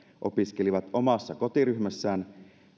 opiskelivat omassa kotiryhmässään